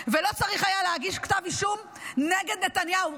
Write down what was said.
1,000 ולא היה צריך להגיש כתב אישום נגד נתניהו.